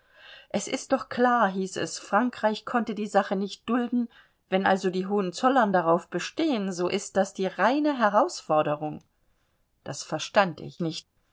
es ist doch klar hieß es frankreich konnte die sache nicht dulden wenn also die hohenzollern darauf bestehen so ist das die reine herausforderung das verstand ich nicht